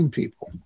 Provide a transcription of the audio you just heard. people